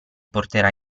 porterà